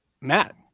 Matt